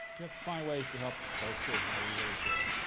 we have to find ways to help those kids know we really care,